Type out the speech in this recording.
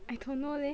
I don't know leh